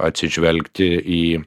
atsižvelgti į